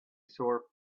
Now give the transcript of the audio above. sore